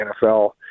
NFL